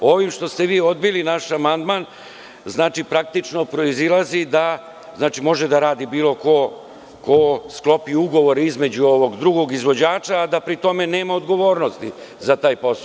Ovim što ste vi odbili naš amandman praktično proizilazi da može da radi bilo ko ko sklopi ugovor između ovog drugog izvođača, a da pri tome nema odgovornosti za taj posao.